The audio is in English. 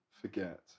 forget